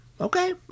okay